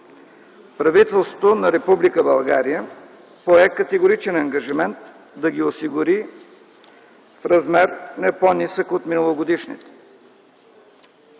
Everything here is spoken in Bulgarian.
Правителството на Република България пое категоричен ангажимент да ги осигури в размер не по-нисък от миналогодишните.